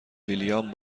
ویلیام